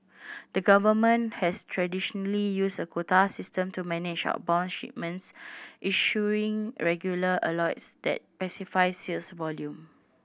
the government has traditionally used a quota system to manage outbound shipments issuing regular that specify sales volume